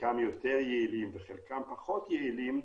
שחלקם יותר יעילים וחלקם פחות יעילים,